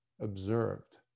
observed